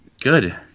Good